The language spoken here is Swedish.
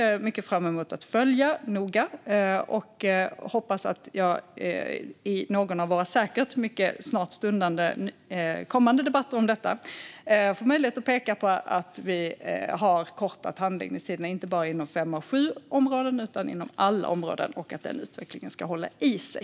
Jag ser fram emot att noga följa dessa frågor, och jag hoppas att i någon av våra säkert snart stundande debatter få möjlighet att peka på att handläggningstiderna har kortats inte bara inom fem av sju områden utan inom alla områden. Jag hoppas att den utvecklingen ska hålla i sig.